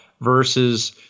versus